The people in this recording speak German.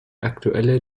aktuelle